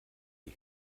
die